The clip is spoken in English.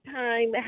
time